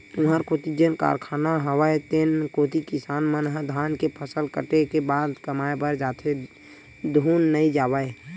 तुँहर कोती जेन कारखाना हवय तेन कोती किसान मन ह धान के फसल कटे के बाद कमाए बर जाथे धुन नइ जावय?